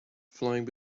flying